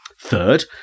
Third